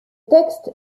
texte